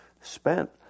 spent